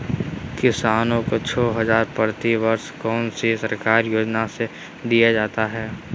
किसानों को छे हज़ार प्रति वर्ष कौन सी सरकारी योजना से दिया जाता है?